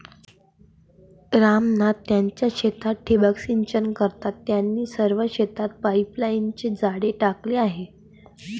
राम नाथ त्यांच्या शेतात ठिबक सिंचन करतात, त्यांनी सर्व शेतात पाईपचे जाळे टाकले आहे